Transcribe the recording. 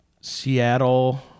Seattle